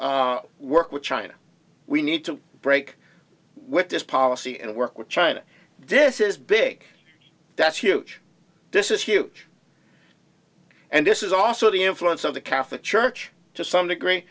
work with china we need to break with this policy and work with china this is big that's huge this is huge and this is also the influence of the catholic church to some degree